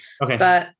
Okay